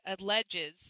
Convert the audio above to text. alleges